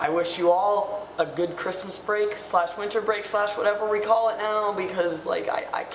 i wish you all a good christmas breaks last winter breaks last whatever we call it because like i